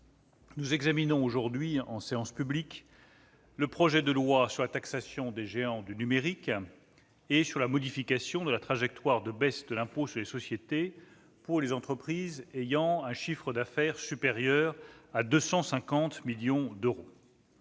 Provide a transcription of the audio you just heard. nous examinons aujourd'hui en séance publique le projet de loi sur la taxation des géants du numérique et sur la modification de la trajectoire de baisse de l'impôt sur les sociétés pour les entreprises dont le chiffre d'affaires est supérieur à 250 millions d'euros.